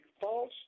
false